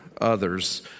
others